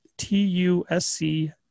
t-u-s-c